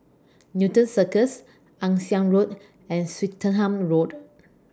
Newton Cirus Ann Siang Road and Swettenham Road